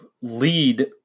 lead